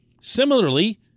Similarly